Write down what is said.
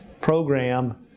program